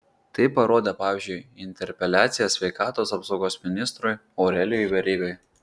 tai parodė pavyzdžiui interpeliacija sveikatos apsaugos ministrui aurelijui verygai